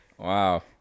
Wow